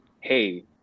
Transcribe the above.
hey